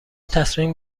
تصمیم